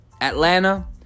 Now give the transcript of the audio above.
Atlanta